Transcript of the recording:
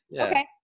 Okay